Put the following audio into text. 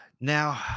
now